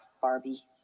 Barbie